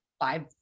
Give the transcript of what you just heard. five